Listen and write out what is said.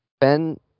Ben